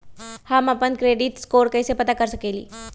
हम अपन credit score कैसे पता कर सकेली?